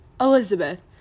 Elizabeth